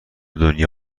دنیا